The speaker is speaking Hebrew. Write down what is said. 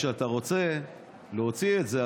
כשאתה רוצה להוציא את זה,